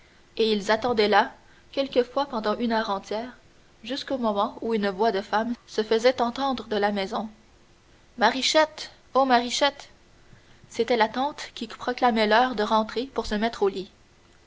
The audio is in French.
et ils attendaient là quelquefois pendant une heure entière jusqu'au moment où une voix de femme se faisait entendre de la maison marichette oh marichette c'était la tante qui proclamait l'heure de rentrer pour se mettre au lit